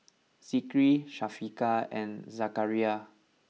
Zikri Syafiqah and Zakaria